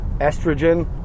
estrogen